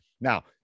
now